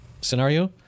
scenario